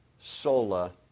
sola